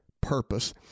Purpose